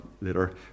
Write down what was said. later